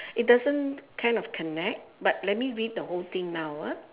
it doesn't kind of connect but let me read the whole thing now ah